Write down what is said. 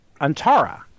Antara